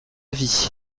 vie